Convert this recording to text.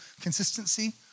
consistency